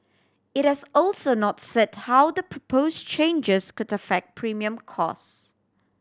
it has also not said how the propose changes could affect premium costs